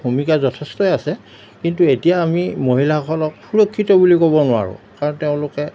ভূমিকা যথেষ্টই আছে কিন্তু এতিয়া আমি মহিলাসকলক সুৰক্ষিত বুলি ক'ব নোৱাৰোঁ কাৰণ তেওঁলোকে